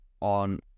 on